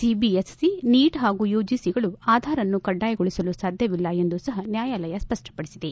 CBSE NEET ಹಾಗೂ ಯುಜಿಸಿಗಳು ಆಧಾರ್ಅನ್ನು ಕಡ್ಡಾಯಗೊಳಿಸಲು ಸಾಧ್ಯವಿಲ್ಲ ಎಂದು ಸಹ ನ್ಯಾಯಾಲಯ ಸ್ಪಪ್ಪಪಡಿಸಿದೆ